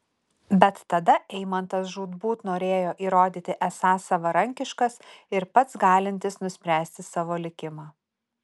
bet tada eimantas žūtbūt norėjo įrodyti esąs savarankiškas ir pats galintis nuspręsti savo likimą